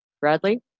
Bradley